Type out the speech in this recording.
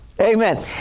Amen